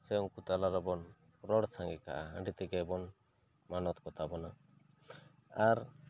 ᱥᱮ ᱩᱱᱠᱩ ᱛᱟᱞᱟ ᱨᱮ ᱵᱚᱱ ᱨᱚᱲ ᱥᱟᱸᱜᱮ ᱠᱟᱜᱼᱟ ᱦᱟᱺᱰᱤ ᱛᱮ ᱜᱮ ᱵᱚᱱ ᱢᱟᱱᱚᱛ ᱠᱚᱛᱟ ᱵᱚᱱᱟ ᱟᱨ